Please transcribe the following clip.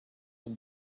will